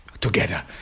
together